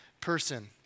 person